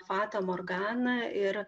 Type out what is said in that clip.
fatą morganą ir